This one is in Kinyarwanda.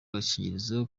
agakingirizo